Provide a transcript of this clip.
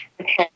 Okay